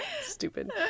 Stupid